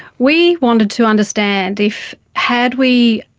we wanted to understand if had we